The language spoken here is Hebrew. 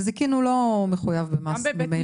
נזיקין לא מחויב במס ממילא.